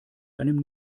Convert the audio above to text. einem